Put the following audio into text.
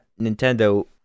nintendo